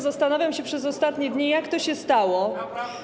Zastanawiam się przez ostatnie dni, jak to się stało.